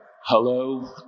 Hello